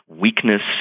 weakness